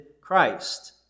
Christ